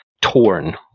torn